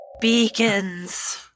Beacons